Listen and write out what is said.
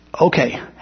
Okay